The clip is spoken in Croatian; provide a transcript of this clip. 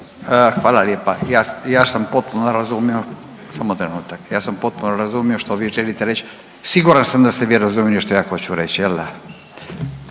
samo trenutak. Ja sam potpuno razumio što vi želite reći, siguran sam da ste i vi razumjeli što ja hoću reći,